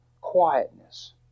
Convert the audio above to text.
quietness